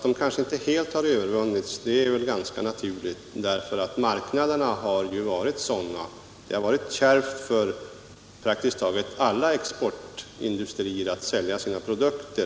De har inte övervunnits helt, och det är väl ganska naturligt med tanke på hur marknaderna har varit. Det har varit kärvt för praktiskt taget alla exportindustrier att sälja sina produkter.